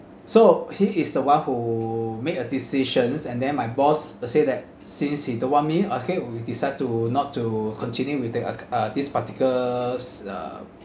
so he is the one who made a decisions and then my boss say that since he don't want me okay we decide to not to continue with the uh this particulars uh